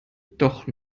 doch